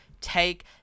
take